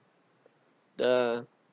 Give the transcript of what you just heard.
the